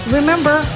remember